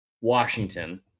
Washington